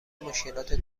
مشکلات